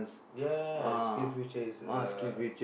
ya skills future is a